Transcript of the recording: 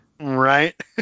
Right